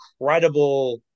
incredible